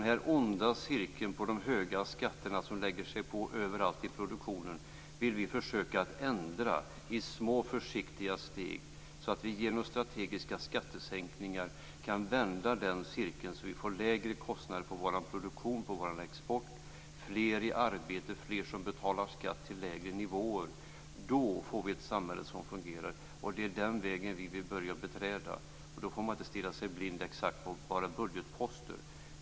Den onda cirkel vad gäller de höga skatter som läggs på överallt i produktionen vill vi försöka ändra i små, försiktiga steg så att vi genom strategiska skattesänkningar kan vända på cirkeln; detta för att få lägre kostnader för vår produktion och vår export och för att få fler i arbete och fler som betalar skatt på lägre nivåer. Då får vi ett samhälle som fungerar. Det är den vägen som vi vill börja beträda. Då får man inte stirra sig blind på bara budgetposter.